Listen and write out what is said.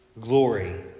Glory